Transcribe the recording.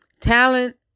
talent